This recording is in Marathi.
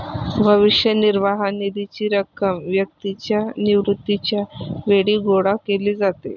भविष्य निर्वाह निधीची रक्कम व्यक्तीच्या निवृत्तीच्या वेळी गोळा केली जाते